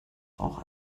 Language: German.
auch